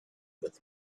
with